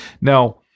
now